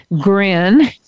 grin